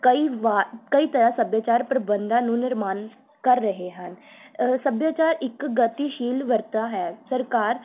ਕਈ ਵਾਰ ਕਈ ਤਰ੍ਹਾਂ ਸੱਭਿਆਚਾਰ ਪ੍ਰਬੰਧਾਂ ਨੂੰ ਨਿਰਮਾਣ ਕਰ ਰਹੇ ਹਨ ਸੱਭਿਆਚਾਰ ਇੱਕ ਗਤੀਸ਼ੀਲ ਵਰਤਾ ਹੈ ਸਰਕਾਰ